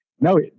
No